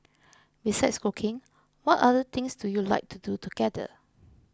besides cooking what other things do you like to do together